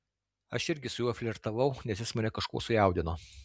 aš irgi su juo flirtavau nes jis mane kažkuo sujaudino